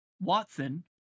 Watson